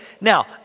now